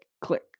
click